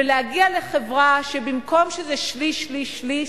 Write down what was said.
ולהגיע לחברה שבמקום שזה שליש-שליש-שליש,